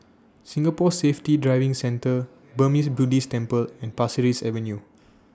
Singapore Safety Driving Centre Burmese Buddhist Temple and Pasir Ris Avenue